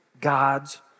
God's